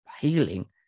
healing